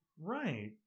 Right